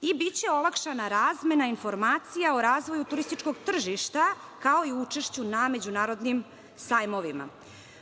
i biće olakšana razmena informacija o razvoju turističkog tržišta, kao i učešću na međunarodnim sajmovima.